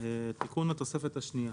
"תיקון התוספת השנייה